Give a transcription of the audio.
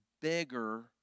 bigger